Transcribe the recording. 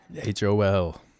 H-O-L